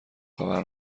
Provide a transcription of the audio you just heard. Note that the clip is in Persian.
خبر